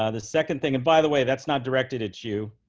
ah the second thing. and by the way, that's not directed at you.